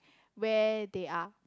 where they are